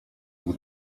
bóg